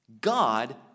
God